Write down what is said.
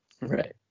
Right